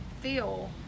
feel